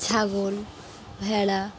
ছাগল ভেড়া